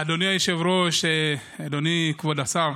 אדוני היושב-ראש, אדוני כבוד השר,